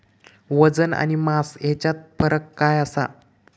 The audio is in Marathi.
वजन आणि मास हेच्यात फरक काय आसा?